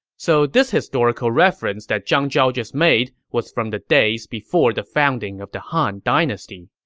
so this historical reference that zhang zhao just made was from the days before the founding of the han dynasty.